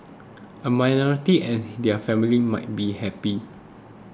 a minority and their family might be happy